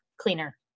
cleaner